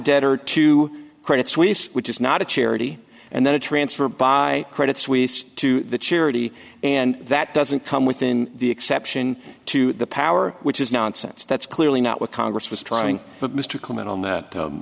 debtor to credit suisse which is not a charity and then a transfer by credit suisse to the charity and that doesn't come within the exception to the power which is nonsense that's clearly not what congress was trying but mr comment on that